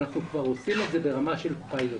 אנחנו כבר עושים את זה ברמה של פיילוט.